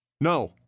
No